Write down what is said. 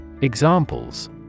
Examples